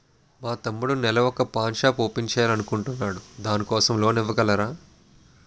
మా తమ్ముడు నెల వొక పాన్ షాప్ ఓపెన్ చేయాలి అనుకుంటునాడు దాని కోసం లోన్ ఇవగలరా?